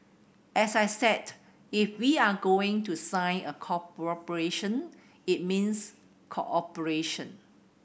as I said if we are going to sign a cooperation it means cooperation